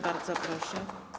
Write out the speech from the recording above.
Bardzo proszę.